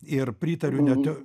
ir pritariu net